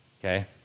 Okay